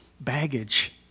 baggage